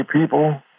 people